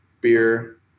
beer